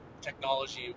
technology